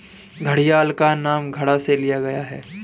घड़ियाल का नाम घड़ा से लिया गया है